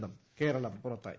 നിന്നും കേരളം പുറത്തായി